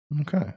okay